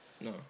no